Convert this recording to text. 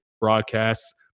broadcasts